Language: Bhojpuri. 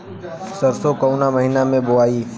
सरसो काउना महीना मे बोआई?